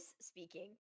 speaking